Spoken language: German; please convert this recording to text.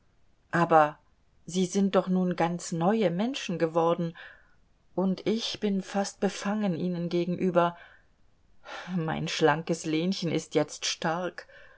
aber sie sind doch nun ganz neue menschen geworden und ich bin fast befangen ihnen gegenüber mein schlankes lenchen ist jetzt stark